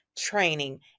training